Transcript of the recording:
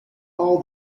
all